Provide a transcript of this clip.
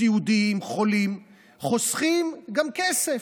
סיעודיים או חולים חוסכים גם כסף,